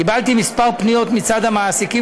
קיבלתי כמה פניות מצד המעסיקים,